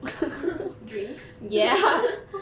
drink